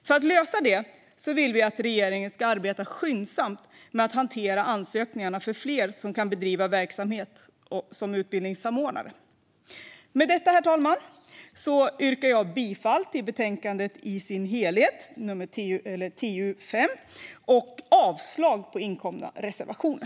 För att lösa detta vill vi att regeringen ska arbeta skyndsamt med att hantera ansökningarna från fler som kan bedriva en verksamhet som utbildningssamordnare. Med detta, herr talman, yrkar jag bifall till förslaget i betänkande TU5 i sin helhet och avslag på inkomna reservationer.